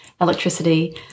electricity